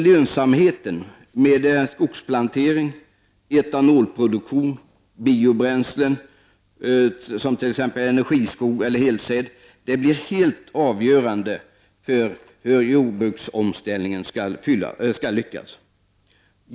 Lönsamheten med skogsplanteringen, etanolproduktionen och biobränslen som t.ex. energiskog och helsäd är helt avgörande för hur jordbruksomställningen skall lyckas.